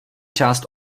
část